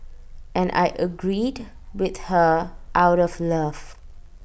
and I agreed with her out of love